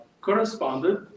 corresponded